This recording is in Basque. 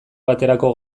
baterako